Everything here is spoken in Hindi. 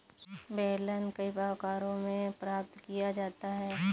बेलन कई आकारों में प्राप्त किया जाता है